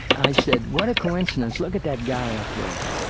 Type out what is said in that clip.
i said, what a coincidence, look at that guy up there.